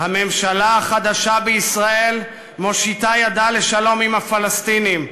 "הממשלה החדשה בישראל מושיטה ידה לשלום עם הפלסטינים,